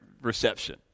reception